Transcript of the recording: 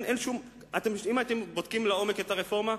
אם אתם בודקים לעומק את הרפורמה,